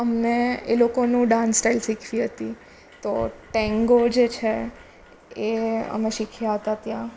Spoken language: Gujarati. અમે એ લોકોનો ડાન્સ સ્ટાઇલ શીખવી હતી તો ટેન્ગો જે છે એ અમે શીખ્યા હતા ત્યાં